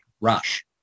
Rush